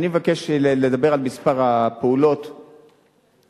אני מבקש לדבר על מספר הפעולות שנעשו